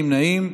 אין נמנעים.